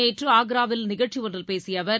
நேற்று ஆக்ராவில் நிகழ்ச்சியொன்றில் பேசிய அவர்